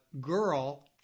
girl